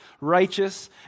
righteous